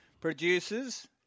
producers